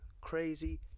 crazy